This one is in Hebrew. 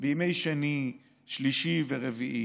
בימי שני, שלישי ורביעי,